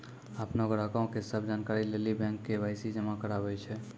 अपनो ग्राहको के सभ जानकारी लेली बैंक के.वाई.सी जमा कराबै छै